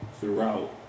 throughout